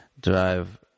drive